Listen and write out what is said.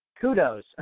kudos